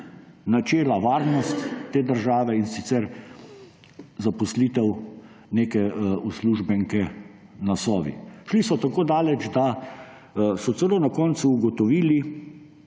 načela varnost te države, in sicer zaposlitev neke uslužbenke na Sovi. Šli so celo tako daleč, da so na koncu ugotovili,